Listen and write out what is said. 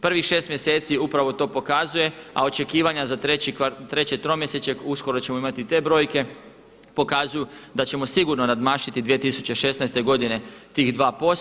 Prvih šest mjeseci upravo to pokazuje a očekivanja za treće tromjesečje uskoro ćemo imati i te brojke pokazuju da ćemo sigurno nadmašiti 2016. godine tih 2%